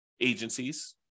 agencies